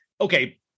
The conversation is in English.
okay